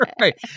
right